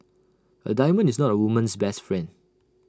A diamond is not A woman's best friend